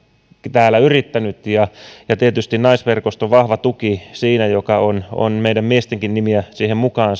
täällä yrittänyt ja tietysti on ollut naisverkoston vahva tuki siinä että on meidän miestenkin nimiä siihen mukaan